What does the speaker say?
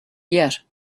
yet